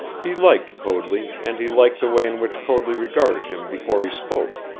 he liked coadley, and he liked the way in which coadley regarded him before he spoke.